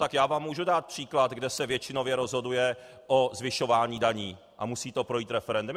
Tak já vám můžu dát příklad, kde se většinově rozhoduje o zvyšování daní a musí to projít referendem.